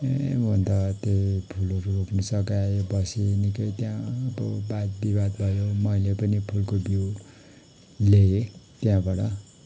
ए म त त्यो फुलहरू रोप्नु सघाएँ बसेँ निक्कै त्यहाँ अब वादविवाद भयो मैले पनि फुलको बिउ ल्याएँ त्यहाँबाट